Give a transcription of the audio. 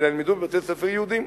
אלא ילמדו בבתי-ספר יהודיים.